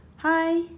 Hi